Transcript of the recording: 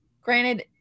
granted